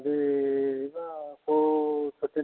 କେଉଁ